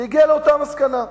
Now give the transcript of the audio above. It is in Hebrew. והוא הגיע לאותה מסקנה.